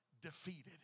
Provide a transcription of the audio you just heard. defeated